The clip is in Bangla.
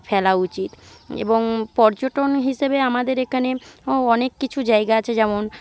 ফেলা উচিত এবং পর্যটন হিসাবে আমাদের এখানে অনেক কিছু জায়গা আছে যেমন